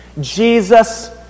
Jesus